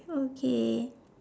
okay